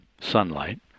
sunlight